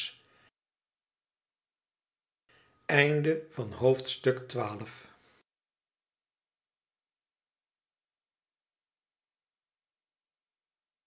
hoofdstuk van het